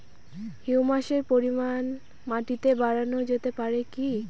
হিউমাসের পরিমান মাটিতে বারানো যেতে পারে কি?